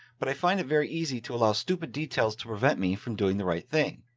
but i find it very easy to allow stupid details to prevent me from doing the right thing.